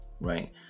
right